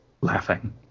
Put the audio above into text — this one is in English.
laughing